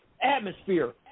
atmosphere